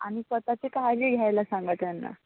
आणि स्वतःची काळजी घ्यायला सांगा त्यांना